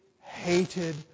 hated